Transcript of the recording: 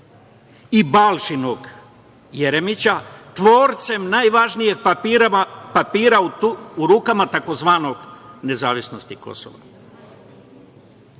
i Balšinog Jerimića, tvorcem najvažnijeg papira u rukama tzv. nezavisnosti Kosova. Uvaženi